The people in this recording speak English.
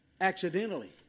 accidentally